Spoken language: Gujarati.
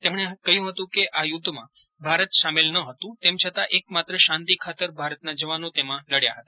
તેમણે કહ્યું હતું કે આ યુદ્ધમાં ભારત સામેલ ન હતું તેમ છતાં એકમાત્ર શાંતિ ખાતર ભારતના જવાનો તેમા લડ્યા હતા